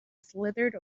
slithered